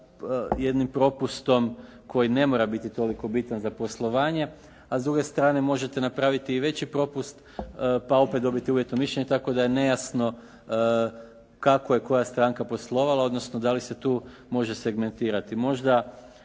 jednim propustom koji ne mora biti toliko bitan za poslovanje, a s druge strane možete napraviti i veći propust pa opet dobiti uvjetno mišljenje, tako da je nejasno kako je koja stranka poslovala, odnosno da li se tu može segmentirati.